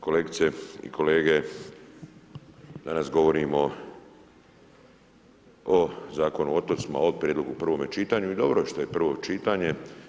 Kolegice i kolege, danas govorimo o Zakonu o otocima, o prijedlogu u prvome čitanju i dobro je što je prvo čitanje.